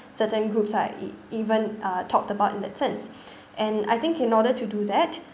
certain groups are e~ even uh talked about in that sense and I think in order to do that